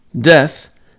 death